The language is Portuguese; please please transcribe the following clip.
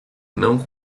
não